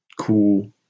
cool